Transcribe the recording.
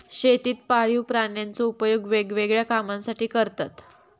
शेतीत पाळीव प्राण्यांचो उपयोग वेगवेगळ्या कामांसाठी करतत